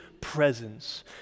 presence